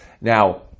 Now